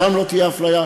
שם לא תהיה אפליה,